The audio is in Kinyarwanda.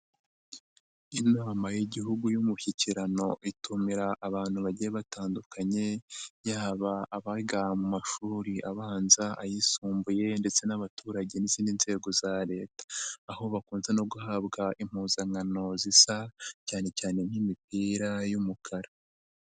Inama y'Igihugu y'umushyikirano itumira abantu bagiye batandukanye, yaba abaga mu mashuri abanza, ayisumbuye ndetse n'abaturage n'izindi nzego za Leta. Aho bakunze no guhabwa impuzankano zisa cyane cyane nk'imipira y'umukara.